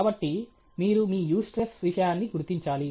కాబట్టి మీరు మీ యూస్ట్రెస్ విషయాన్ని గుర్తించాలి